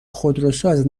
خودروساز